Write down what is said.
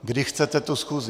Kdy chcete tu schůzi?